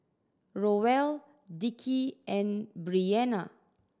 Roel Dickie and Breanna